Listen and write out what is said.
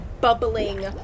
bubbling